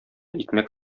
икмәк